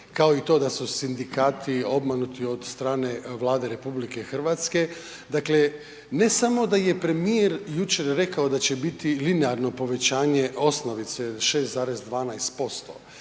kao i to da su sindikati obmanuti od strane Vlade RH. Dakle, ne samo da je premijer jučer rekao da će biti linearno povećanje osnovice 6,12%